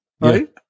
right